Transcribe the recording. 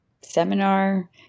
seminar